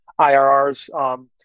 IRRs